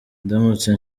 ndamutse